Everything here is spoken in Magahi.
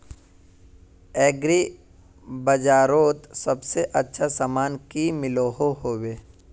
एग्री बजारोत सबसे अच्छा सामान की मिलोहो होबे?